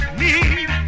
need